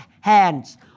hands